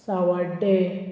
सावड्डे